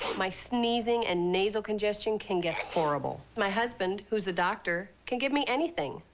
my sneezing and nasal congestion can get horrible. my husband, who's a doctor can give me anything.